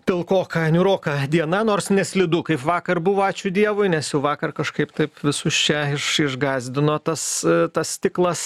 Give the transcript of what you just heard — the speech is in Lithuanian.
pilkoka niūroka diena nors neslidu kaip vakar buvo ačiū dievui nes jau vakar kažkaip taip visus čia iš išgąsdino tas tas stiklas